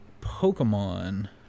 Pokemon